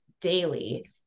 daily